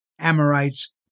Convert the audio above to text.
Amorites